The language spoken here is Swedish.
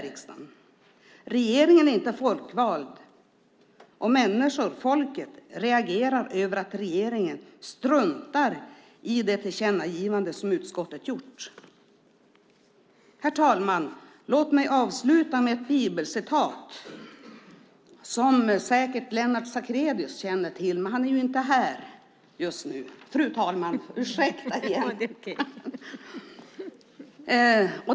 Regeringen är inte folkvald, och människor, folket, reagerar över att regeringen struntar i det tillkännagivande som utskottet gjort. Fru talman! Låt mig avsluta med ett bibelcitat som säkert Lennart Sacrédeus känner till, även om han inte är här just nu.